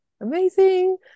Amazing